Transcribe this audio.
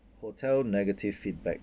hotel negative feedback